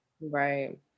right